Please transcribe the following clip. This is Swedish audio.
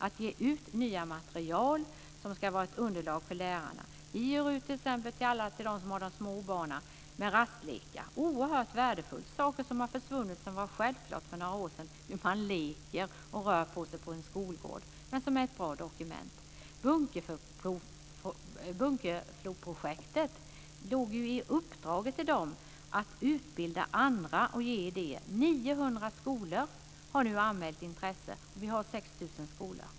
Vi ger ut nya material som ska vara underlag för lärarna. Vi ger t.ex. ut ett underlag med rastlekar till alla lärare som har de små barnen. Det är oerhört värdefullt. Det handlar om lekar som har försvunnit, som var självklara för några år sedan. Det är ett bra dokument som handlar om hur man leker och rör på sig på en skolgård. I uppdraget till Bunkefloprojektet ingick att utbilda andra och ge idéer. 900 skolor har nu anmält intresse. Vi har 6 000 skolor.